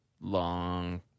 long